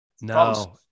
No